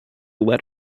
let